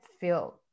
feel